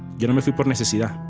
yo no me fui por necesidad,